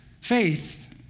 Faith